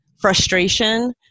frustration